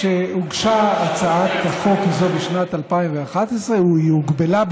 כשהוגשה הצעת החוק הזו בשנת 2011 היא הוגבלה,